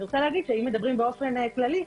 אני רוצה להגיד שאם מדברים באופן כללי,